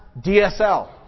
DSL